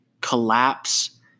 collapse